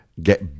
get